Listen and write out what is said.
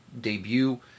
debut